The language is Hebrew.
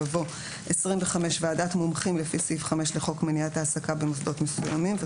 יבוא: (25) ועדת מומחים לפי סעיף 5 לחוק מניעת העסקה במוסדות מסוימים,